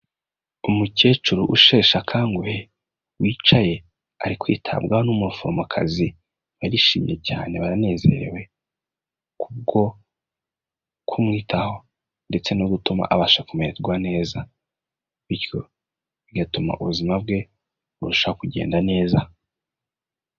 Umukecuru usheshe akanguhe wicaye ari kwitabwaho n'umuforomo kazi barishimye cyane baranezerewe kubwo kumwitaho ndetse no gutuma abasha kumererwa neza, bityo bigatuma ubuzima bwe burushaho kugenda neza.